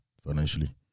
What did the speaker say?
financially